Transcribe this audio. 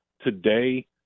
today